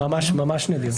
ממש נדיר.